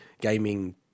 gaming